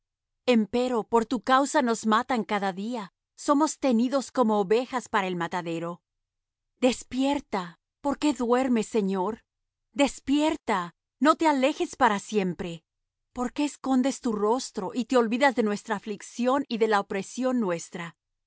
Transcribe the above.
corazón empero por tu causa nos matan cada día somos tenidos como ovejas para el matadero despierta por qué duermes señor despierta no te alejes para siempre por qué escondes tu rostro y te olvidas de nuestra aflicción y de la opresión nuestra